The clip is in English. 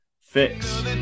fix